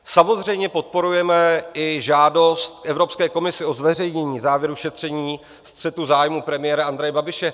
Samozřejmě podporujeme i žádost Evropské komisi o zveřejnění závěru šetření střetu zájmů premiéra Andreje Babiše.